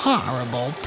Horrible